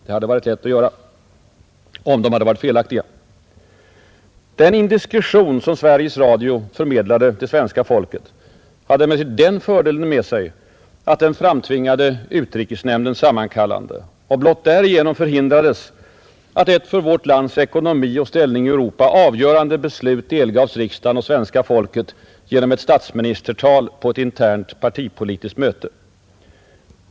Det hade varit lätt att göra det, om de hade varit felaktiga. Den indiskretion som Sveriges Radio förmedlade till svenska folket hade emellertid den fördelen med sig att den framtvingade utrikesnämndens sammankallande, och blott därigenom förhindrades att ett för vårt lands ekonomi och ställning i Europa avgörande beslut delgavs riksdagen och svenska folket genom ett statsministertal på ett internt partipolitiskt möte.